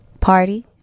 party